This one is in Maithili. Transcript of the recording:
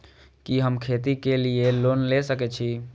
कि हम खेती के लिऐ लोन ले सके छी?